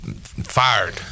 fired